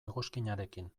egoskinarekin